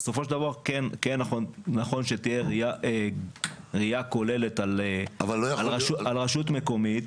בסופו של דבר כן נכון שתהיה ראיה כוללת על רשות מקומית,